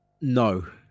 No